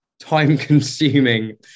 time-consuming